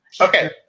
Okay